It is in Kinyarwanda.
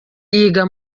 yiga